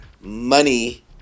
money